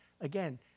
again